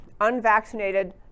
unvaccinated